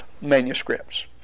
manuscripts